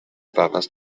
dades